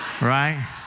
right